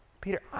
Peter